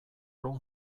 room